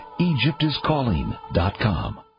EgyptIsCalling.com